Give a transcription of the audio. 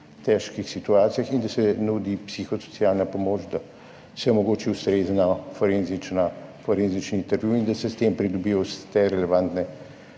težkih situacijah in da se nudi psihosocialna pomoč, da se omogoči ustrezen forenzični intervju in da se s tem pridobijo vsi relevantni